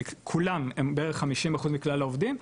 כולם הם בערך 50% מכלל העובדים,